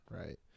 right